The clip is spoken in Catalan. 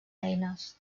eines